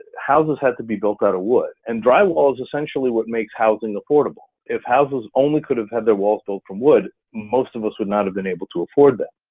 houses had to be built out of wood and drywall is essentially what makes housing affordable. if houses only could have had their walls built from wood, most of us would not have been able to afford them.